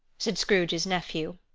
said scrooge's nephew.